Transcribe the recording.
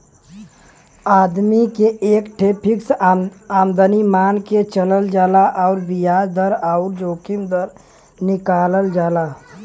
आदमी के एक ठे फ़िक्स आमदमी मान के चलल जाला अउर बियाज दर अउर जोखिम दर निकालल जाला